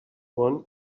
one